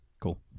cool